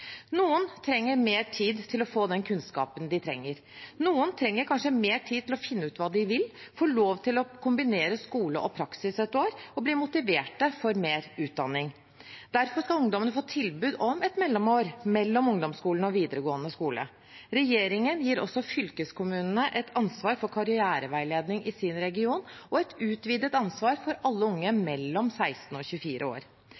Noen trenger mer tid til å få den kunnskapen de trenger. Noen trenger kanskje mer tid til å finne ut hva de vil, få lov til å kombinere skole og praksis et år og bli motivert for mer utdanning. Derfor skal ungdommene få tilbud om et mellomår mellom ungdomsskolen og videregående skole. Regjeringen gir også fylkeskommunene et ansvar for karriereveiledning i sin region og et utvidet ansvar for alle unge mellom 16 og 24 år.